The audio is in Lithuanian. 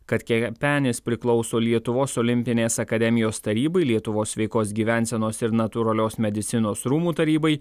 kad kepenis priklauso lietuvos olimpinės akademijos tarybai lietuvos sveikos gyvensenos ir natūralios medicinos rūmų tarybai